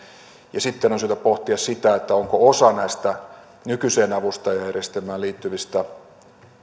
ja sitten on on syytä pohtia sitä onko osa näistä nykyiseen avustajajärjestelmään liittyvistä